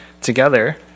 together